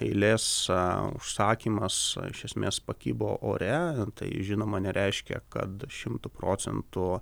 eilės užsakymas iš esmės pakibo ore tai žinoma nereiškia kad šimtu procentų